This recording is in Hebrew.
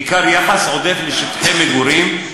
בעוד ברשויות החלשות ניכר יחס עודף לשטחי מגורים,